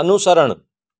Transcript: અનુસરણ